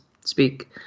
speak